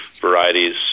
varieties